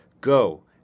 Go